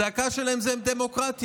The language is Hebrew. הצעקה שלהם זה "דמוקרטיה",